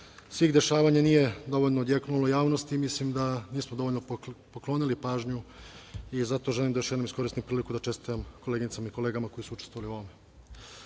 svih dešavanja nije dovoljno odjeknulo u javnosti i mislim da nismo dovoljno poklonili pažnju i zato želim da još jednom iskoristim priliku da čestitam koleginicama i kolegama koji su učestvovali u ovome. Na